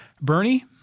Bernie